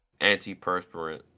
antiperspirant